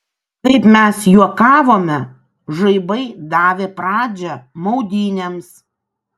kaip mes juokavome žaibai davė pradžią maudynėms